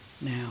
now